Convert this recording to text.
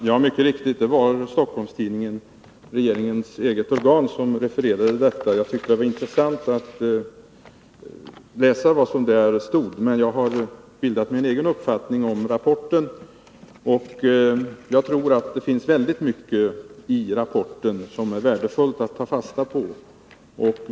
Herr talman! Ja, det var mycket riktigt Stockholms-Tidningen — regeringens eget organ — som refererade detta. Jag tyckte att det var intressant att läsa vad som stod där, men jag har bildat mig en egen uppfattning om rapporten. Jag tror att det finns väldigt mycket i rapporten som är värdefullt att ta fasta på.